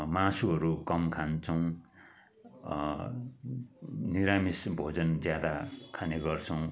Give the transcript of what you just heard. मासुहरू कम खान्छौँ निरामिस भोजन ज्यादा खाने गर्छौँ